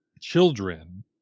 children